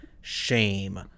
Shame